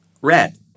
red